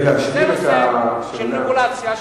זה נושא של רגולציה.